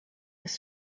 his